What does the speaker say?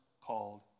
called